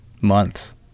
months